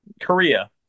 Korea